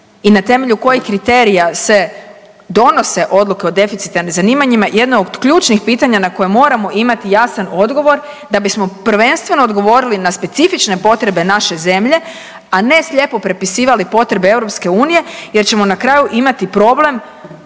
i na temelju kojih kriterija se donose odluke o deficitarnim zanimanjima, jedna od ključnih pitanja na koja moramo imati jasan odgovor da bismo prvenstveno odgovorili na specifične potrebe naše zemlje, a ne slijepo prepisivali potrebe EU jer ćemo na kraju imati problem